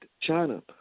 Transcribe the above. China